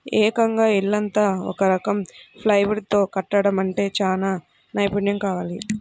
ఏకంగా ఇల్లంతా ఒక రకం ప్లైవుడ్ తో కట్టడమంటే చానా నైపున్నెం కావాలి